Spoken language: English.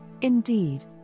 Indeed